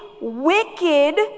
wicked